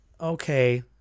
okay